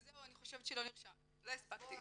לא הספקתי.